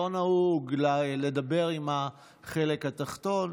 לא נהוג לדבר עם החלק התחתון,